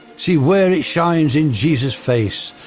see where it shines in jesus' face,